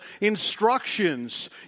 instructions